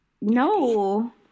No